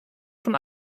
von